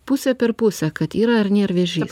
pusė per pusę kad yra ar nėr vėžys